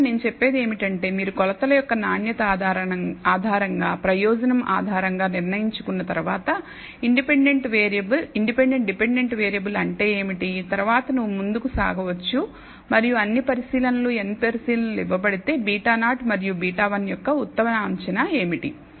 ముఖ్యంగా నేను చెప్పేది ఏమిటంటే మీరు కొలతల యొక్క నాణ్యత ఆధారంగా ప్రయోజనం ఆధారంగా నిర్ణయించుకున్న తర్వాత ఇండిపెండెంట్ డిపెండెంట్ వేరియబుల్ అంటే ఏమిటి తర్వాత నువ్వు ముందుకు సాగవచ్చు మరియు అన్ని పరిశీలనలు n పరిశీలనలు ఇవ్వబడితే β0 మరియు β1 యొక్క ఉత్తమ అంచనా ఏమిటి